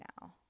now